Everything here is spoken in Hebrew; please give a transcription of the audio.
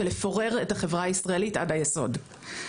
ולפורר את החברה הישראלית עד היסוד.